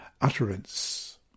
utterance